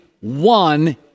one